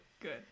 Good